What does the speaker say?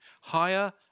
higher